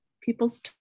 people's